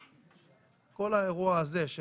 כל האירוע הזה של